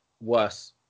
Worse